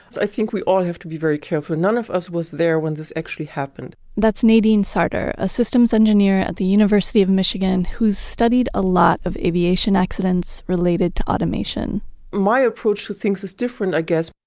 i think we all have to be very careful none of us was there when this actually happened that's nadine sarter, a systems engineer at the university of michigan who's studied a lot of aviation accidents related to automation my approach to things with different i guess.